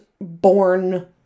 born